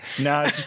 No